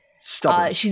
Stubborn